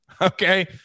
Okay